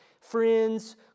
friends